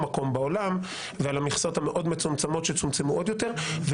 מקום בעולם ועל המכסות המאוד מצומצמות שצומצמו עוד יותר.